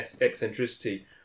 eccentricity